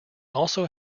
also